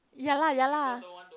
ya lah ya lah